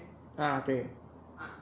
ah 对